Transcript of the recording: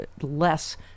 less